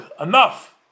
enough